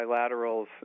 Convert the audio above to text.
bilaterals